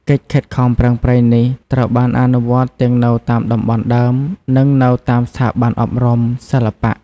កិច្ចខិតខំប្រឹងប្រែងនេះ ត្រូវបានអនុវត្តទាំងនៅតាមតំបន់ដើម និងនៅតាមស្ថាប័នអប់រំសិល្បៈ។